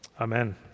Amen